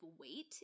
weight